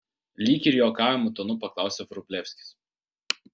lyg ir juokaujamu tonu paklausė vrublevskis